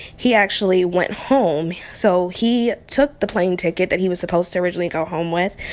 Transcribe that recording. he actually went home. so he took the plane ticket that he was supposed to originally go home with.